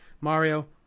Mario